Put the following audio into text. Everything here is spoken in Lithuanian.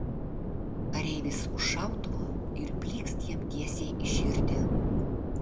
kareivis už šautuvo ir plykst jam tiesiai į širdį